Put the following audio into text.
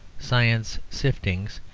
science siftings,